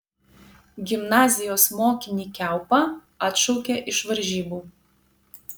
gimnazijos mokinį kiaupą atšaukė iš varžybų